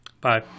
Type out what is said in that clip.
Bye